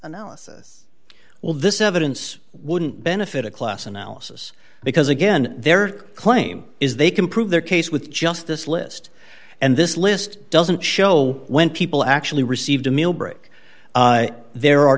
analysis well this evidence wouldn't benefit a class analysis because again their claim is they can prove their case with just this list and this list doesn't show when people actually received a millbrook there are